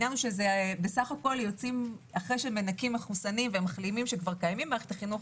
אחרי שמנקים מחוסנים ומחלימים שכבר קיימים במערכת החינוך,